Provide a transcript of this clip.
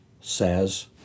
says